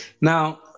Now